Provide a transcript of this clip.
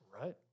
Right